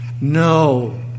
No